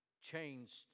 changed